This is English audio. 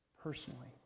personally